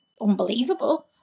unbelievable